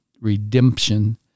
redemption